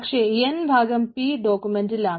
പക്ഷേ n ഭാഗം p ഡോക്യുമെന്റിലാണ്